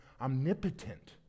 omnipotent